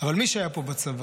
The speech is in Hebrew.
אבל מי שהיה פה בצבא